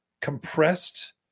compressed